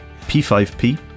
P5P